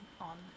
on